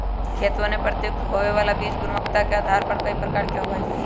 खेतवन में प्रयुक्त होवे वाला बीज गुणवत्ता के आधार पर कई प्रकार के होवा हई